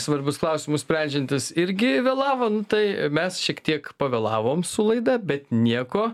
svarbius klausimus sprendžiantis irgi vėlavo nu tai mes šiek tiek pavėlavom su laida bet nieko